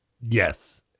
Yes